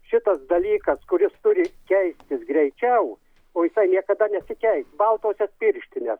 šitas dalykas kuris turi keistis greičiau o jisai niekada nesikeis baltosios pirštinės